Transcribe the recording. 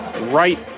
right